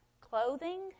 clothing